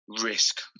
risk